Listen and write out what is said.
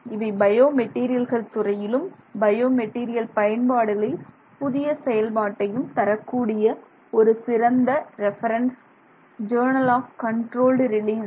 இவை பயோ மெட்டீரியல்கள் துறையிலும் பயோ மெட்டீரியல் பயன்பாடுகளில் புதிய செயல்பாட்டையும் தரக்கூடிய ஒரு சிறந்த reference 'journal of controlled release'